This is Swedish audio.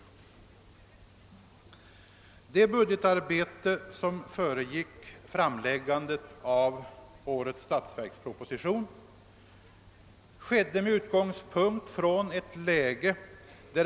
Det budgetarbete som föregick framläggandet av årets statsverksproposition skedde med utgångspunkt i ett läge, som är oss alla bekant.